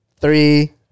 Three